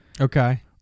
okay